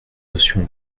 notion